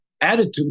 attitude